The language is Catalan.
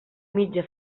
mitja